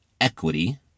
equity